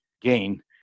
gain